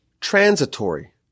transitory